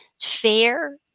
fair